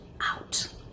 out